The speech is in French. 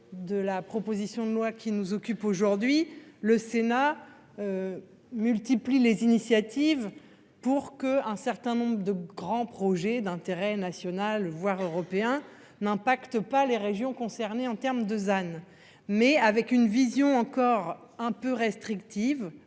de la proposition de loi qui nous occupe aujourd'hui le Sénat. Multiplie les initiatives pour que un certain nombre de grands projets d'intérêt national, voire européen n'impacte pas les régions concernées en terme de Anne mais avec une vision encore un peu restrictive